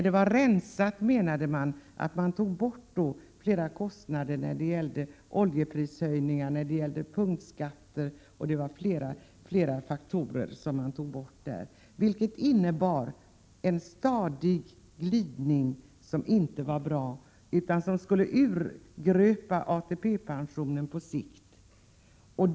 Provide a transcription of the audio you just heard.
Med ”rensat” menade man att man skulle ta bort bl.a. kostnader för oljeprishöjningen och punktskatterna. Detta innebar en stadig glidning som inte var bra. På sikt skulle ATP-pensionen urgröpas.